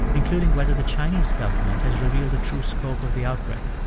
including whether the chinese government has revealed the true scope of the outbreak.